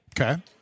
Okay